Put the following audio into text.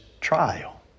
trial